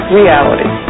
reality